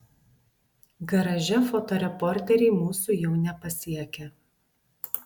garaže fotoreporteriai mūsų jau nepasiekia